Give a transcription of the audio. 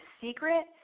secret